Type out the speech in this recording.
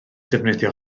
defnyddio